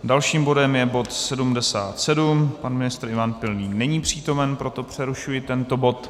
Dalším bodem je bod 77, pan ministr Ivan Pilný není přítomen, proto přerušuji tento bod.